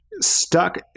stuck